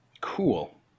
Cool